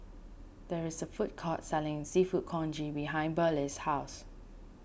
there is a food court selling Seafood Congee behind Burleigh's house